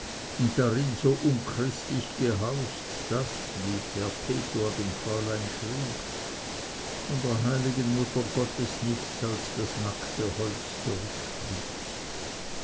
und darin so unchristlich gehaust daß wie perpetua dem fräulein schrieb von der heiligen muttergottes nichts als das nackte holz zurückblieb